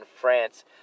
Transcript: France